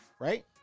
Right